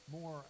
more